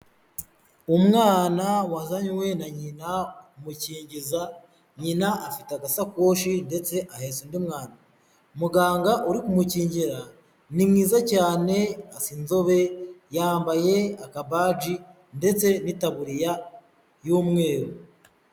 Umwana wazanywe na nyina kumukingiza, nyina afite agasakoshi ndetse ahetse undi mwana, muganga uri kumukingira, ni mwiza cyane asa inzobe, yambaye akabaji ndetse n'itaburiya y'umweru.